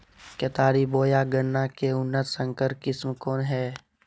केतारी बोया गन्ना के उन्नत संकर किस्म कौन है?